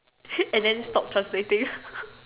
and then stop translating